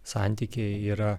santykiai yra